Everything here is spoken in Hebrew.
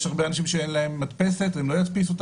יש הרבה אנשים שאין להם מדפסת והם לא ידפיסו את